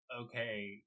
okay